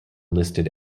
listed